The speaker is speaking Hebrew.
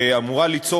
שאמורה ליצור,